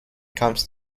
comes